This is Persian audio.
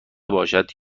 باشد